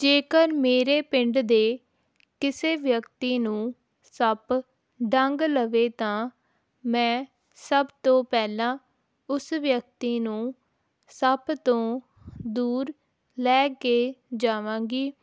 ਜੇਕਰ ਮੇਰੇ ਪਿੰਡ ਦੇ ਕਿਸੇ ਵਿਅਕਤੀ ਨੂੰ ਸੱਪ ਡੰਗ ਲਵੇ ਤਾਂ ਮੈਂ ਸਭ ਤੋਂ ਪਹਿਲਾਂ ਉਸ ਵਿਅਕਤੀ ਨੂੰ ਸੱਪ ਤੋਂ ਦੂਰ ਲੈ ਕੇ ਜਾਵਾਂਗੀ